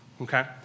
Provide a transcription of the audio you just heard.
Okay